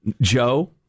Joe